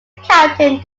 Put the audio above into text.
captain